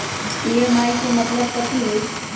EMI के मतलब कथी होई?